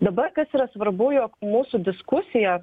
dabar kas yra svarbu jog mūsų diskusija